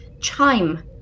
chime